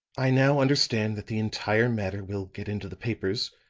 i now understand that the entire matter will get into the papers.